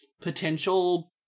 potential